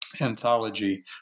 anthology